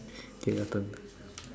okay your turn